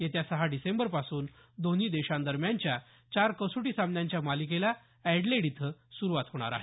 येत्या सहा डिसेंबरपासून दोन्ही देशांदरम्यानच्या चार कसोटी सामन्यांच्या मालिकेला अॅडलेड इथं सुरुवात होणार आहे